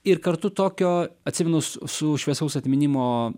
ir kartu tokio atsimenu su su šviesaus atminimo